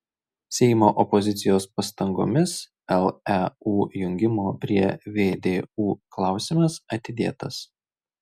seimo opozicijos pastangomis leu jungimo prie vdu klausimas atidėtas